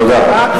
תודה.